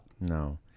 no